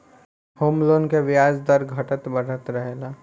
home loan के ब्याज दर घटत बढ़त रहेला